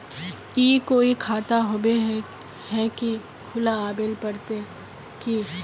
ई कोई खाता होबे है की खुला आबेल पड़ते की?